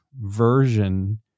version